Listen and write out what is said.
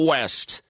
West